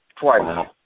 twice